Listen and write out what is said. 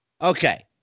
Okay